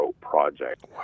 Project